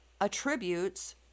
attributes